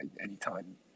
anytime